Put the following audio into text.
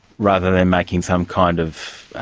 rather than making some kind of,